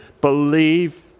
believe